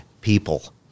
people